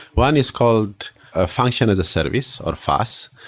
one is called ah function as a service, or faas.